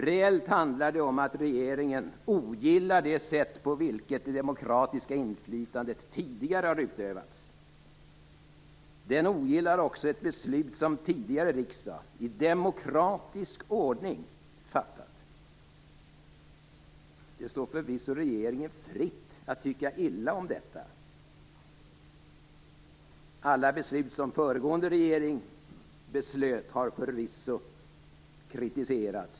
Reellt handlar det om att regeringen ogillar det sätt på vilket det demokratiska inflytande tidigare har utövats. Den ogillar också ett beslut som tidigare riksdag fattat i demokratisk ordning. Det står förvisso regeringen fritt att tycka illa om detta. Alla beslut som den föregående regeringen fattade har förvisso kritiserats.